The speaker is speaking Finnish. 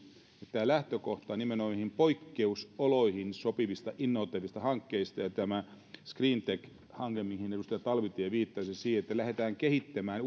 tämä lähtökohta nimenomaan poikkeusoloihin sopivista innoittavista hankkeista ja tämä screentec hanke mihin edustaja talvitie viittasi siihen että lähdetään kehittämään